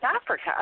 Africa